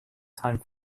time